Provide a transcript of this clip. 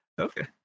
Okay